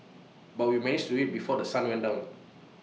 but we managed to do IT before The Sun went down